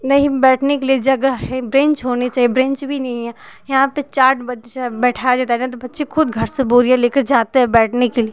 नहीं बैठने के लिए जगह है ब्रेन्च होने चाहिए ब्रेन्च भी नहीं है यहाँ पर चार्ट बच्चा बैठा देता है न तो बच्चे खुद घर से बोरियाँ लेकर जाते हैं बैठने के लिए